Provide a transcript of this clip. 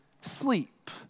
sleep